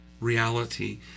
reality